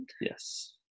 Yes